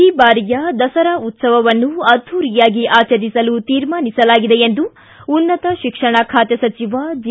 ಈ ಬಾರಿಯ ದಸರಾ ಉತ್ತವವನ್ನು ಅದ್ದೂರಿಯಾಗಿ ಆಚರಿಸಲು ತೀರ್ಮಾನಿಸಲಾಗಿದೆ ಎಂದು ಉನ್ನತ ಶಿಕ್ಷಣ ಖಾತೆ ಸಚಿವ ಜಿ